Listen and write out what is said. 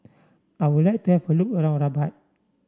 I would like to have a look around Rabat